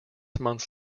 months